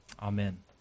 Amen